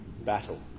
battle